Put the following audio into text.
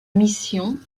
mission